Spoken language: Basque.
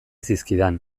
zizkidan